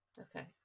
Okay